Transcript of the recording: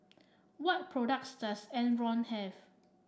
what products does Enervon have